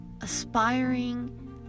aspiring